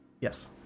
Yes